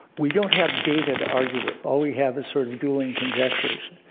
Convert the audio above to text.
we don't have data to argue with. all we have is sort of dueling conjectures,